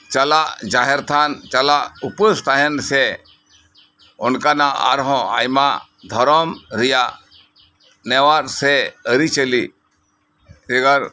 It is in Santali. ᱪᱟᱞᱟᱜ ᱡᱟᱦᱮᱨ ᱛᱷᱟᱱ ᱪᱟᱞᱟᱜ ᱩᱯᱟᱹᱥ ᱛᱟᱦᱮᱸᱱ ᱥᱮ ᱚᱱᱠᱟᱱᱟᱜ ᱟᱨ ᱦᱚᱸ ᱟᱭᱢᱟ ᱫᱷᱚᱨᱚᱢ ᱨᱮᱭᱟᱜ ᱱᱮᱣᱟᱨ ᱥᱮ ᱟᱨᱤᱪᱟᱞᱤ ᱵᱷᱮᱜᱟᱨ